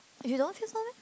you don't feel so meh